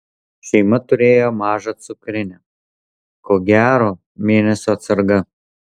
šeima turėjo mažą cukrinę ko gero mėnesio atsarga